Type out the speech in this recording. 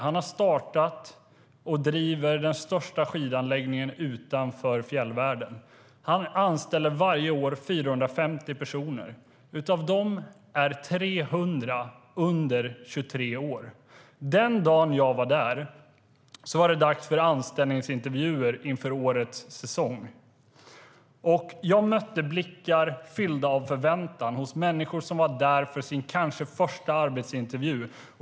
Han har startat och driver den största skidanläggningen utanför fjällvärlden. Han anställer varje år 450 personer. Av dem är 300 under 23 år. Den dag jag var där var det dags för anställningsintervjuer inför årets säsong. Jag mötte blickar fyllda av förväntan hos människor som var där för sin kanske första arbetsintervju.